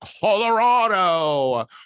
Colorado